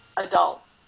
adults